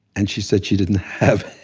and she said she didn't have